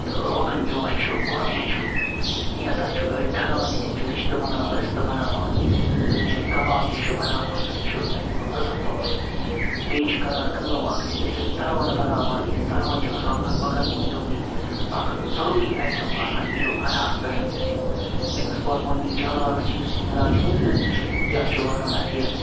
روغن جوش چھُ کۄرمہٕ چھُ کیٚنٛہہ سا چھُ أڑۍ دَگان تہِ تِم چھِ رِشتہٕ بَناوان رِستہٕ بَناوان تہٕ کَباب تہِ چھُ بَناوان تہٕ چھُ اَمیُک لَذَت تُلان بیٚیہِ چھِ کَران کٲم اَکھ أسۍ أسۍ چھِ ژَروَن بَناوان یہِ ژَروَن چھِ آسان لَگ بَگ مٲنۍتو تُہۍ اَکھ ضٔروٗری آیٹَم آسان عید الاضحیٰ ہَس پٮ۪ٹھ یُس یہِ أمِس قۄربٲنی جانوَرَس یُس نیران چھُنہٕ حظ یہِ کیٛاہ چھِ وَنان اَتھ یہِ